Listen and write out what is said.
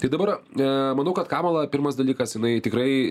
tai dabar manau kad kamala pirmas dalykas jinai tikrai